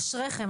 אשריכם.